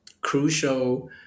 crucial